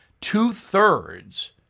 two-thirds